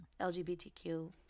LGBTQ